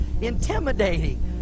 intimidating